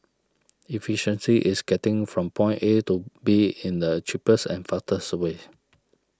efficiency is getting from point A to B in the cheapest and fastest way